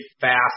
fast